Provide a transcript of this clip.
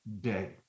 day